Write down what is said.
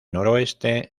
noroeste